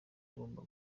ugomba